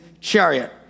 chariot